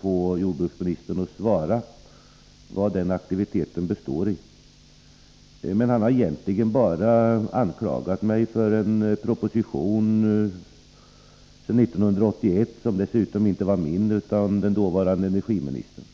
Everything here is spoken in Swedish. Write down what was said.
få jordbruksministern att svara på vad den aktiviteten består i. Men han har egentligen bara anklagat mig för en proposition 1981 som dessutom inte var min utan den dåvarande energiministerns.